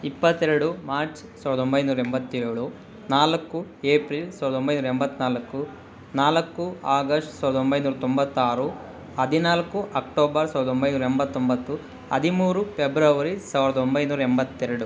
ಇಪ್ಪತ್ತೆರಡು ಮಾರ್ಚ್ ಸಾವಿರದ ಒಂಬೈನೂರ ಎಂಬತ್ತೇಳು ನಾಲ್ಕು ಏಪ್ರಿಲ್ ಸಾವಿರದ ಒಂಬೈನೂರ ಎಂಬತ್ತನಾಲ್ಕು ನಾಲ್ಕು ಆಗಷ್ಟ್ ಸಾವಿರದ ಒಂಬೈನೂರ ತೊಂಬತ್ತಾರು ಹದಿನಾಲ್ಕು ಅಕ್ಟೋಬರ್ ಸಾವಿರದ ಒಂಬೈನೂರ ಎಂಬತ್ತೊಂಬತ್ತು ಹದಿಮೂರು ಪೆಬ್ರವರಿ ಸಾವಿರದ ಒಂಬೈನೂರ ಎಂಬತ್ತೆರಡು